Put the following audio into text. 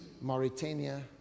Mauritania